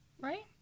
right